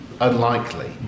unlikely